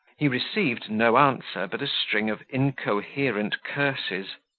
he received no answer but a string of incoherent curses.